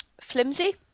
flimsy